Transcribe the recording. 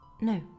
No